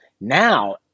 Now